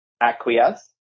acquiesce